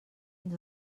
ens